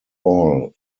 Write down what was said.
all